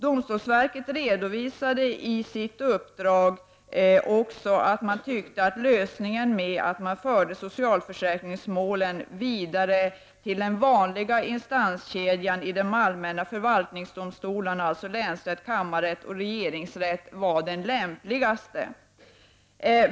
Domstolsverket redovisade sitt uppdrag och ansåg att lösningen att föra socialförsäkringsmålen vidare till den vanliga instanskedjan i de allmänna förvaltningsdomstolarna, dvs. länsrätt, kammarrätt och regeringsrätt, var den lämpligaste.